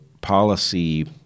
policy